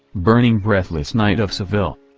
burning breathless night of seville.